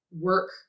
work